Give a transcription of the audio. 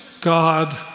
God